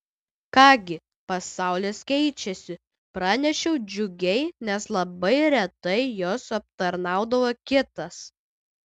ką gi pasaulis keičiasi pranešiau džiugiai nes labai retai jos aptarnaudavo kitas